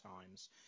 times